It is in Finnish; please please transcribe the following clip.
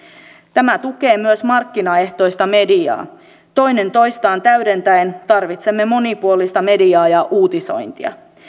tämä tukee myös markkinaehtoista mediaa toinen toistaan täydentäen tarvitsemme monipuolista mediaa ja uutisointia